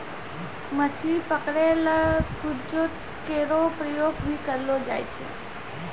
मछली पकरै ल क्रूजो केरो प्रयोग भी करलो जाय छै